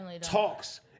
talks